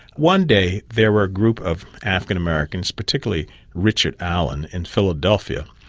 one day there were a group of african-americans, particularly richard allen in philadelphia,